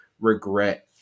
regret